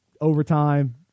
overtime